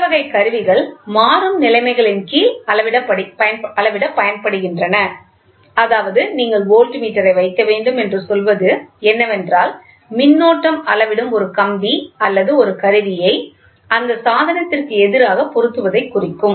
இந்த வகை கருவிகள் மாறும் நிலைமைகளின் கீழ் அளவிடப் பயன்படுகின்றன அதாவது நீங்கள் வோல்ட்மீட்டரை வைக்க வேண்டும் என்று சொல்வது என்னவென்றால் மின்னோட்டம் அளவிடும் ஒரு கம்பி அல்லது ஒரு கருவியை அந்த சாதனத்திற்கு எதிராக பொருத்துவதை குறிக்கும்